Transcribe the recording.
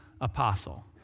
apostle